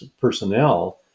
personnel